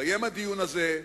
יתקיים הדיון הזה,